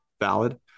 valid